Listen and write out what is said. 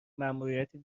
ماموریت